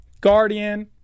Guardian